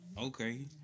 okay